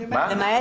למעט